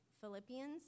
Philippians